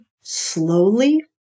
slowly